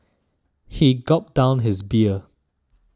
he gulped down his beer